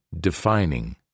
defining